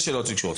יש שאלות שקשורות.